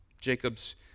Jacob's